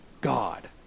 God